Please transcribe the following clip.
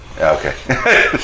Okay